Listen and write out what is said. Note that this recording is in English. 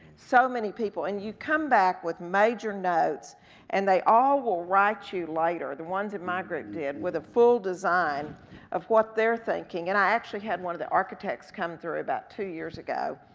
so many people, and you come back with major notes and they all will write you later, the ones in my group did, with a full design of what they're thinking, and i actually had one of the architects come through about two years ago,